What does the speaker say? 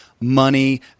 money